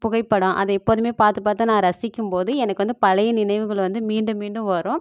புகைப்படம் அதை எப்போதுமே பார்த்து பார்த்து நான் ரசிக்கும்போது எனக்கு வந்து பழைய நினைவுகள் வந்து மீண்டும் மீண்டும் வரும்